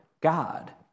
God